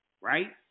Right